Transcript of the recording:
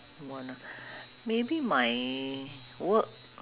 what ah maybe my work